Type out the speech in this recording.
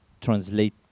Translate